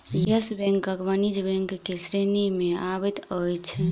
yes Bank वाणिज्य bank के श्रेणी में अबैत अछि